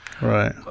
Right